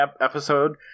episode